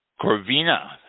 Corvina